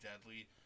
deadly